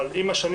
אבל עם השנים,